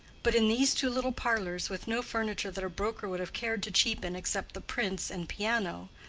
but in these two little parlors with no furniture that a broker would have cared to cheapen except the prints and piano,